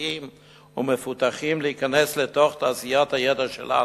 בסיסיים ומפותחים להיכנס לתוך תעשיית הידע שלנו.